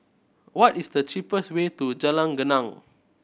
what is the cheapest way to Jalan Geneng